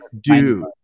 Dude